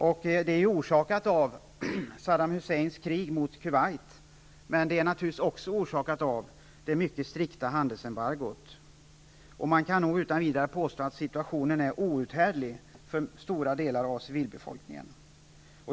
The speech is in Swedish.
Detta är ju orsakat av Saddam Husseins krig mot Kuwait, men det är naturligtvis också orsakat av det mycket strikta handelsembargot. Man kan nog utan vidare påstå att situationen är outhärdlig för stora delar av civilbefolkningen.